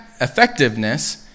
effectiveness